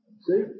See